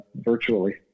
virtually